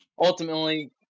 ultimately